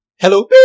Hello